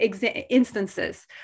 instances